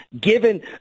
given